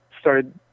started